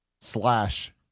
slash